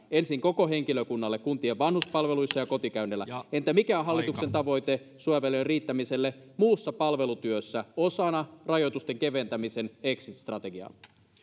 ensin koko henkilökunnalle kuntien vanhuspalveluissa ja kotikäynneillä entä mikä on hallituksen tavoite suojavälineiden riittämiselle muussa palvelutyössä osana rajoitusten keventämisen exit strategiaa